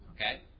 okay